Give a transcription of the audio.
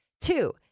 Two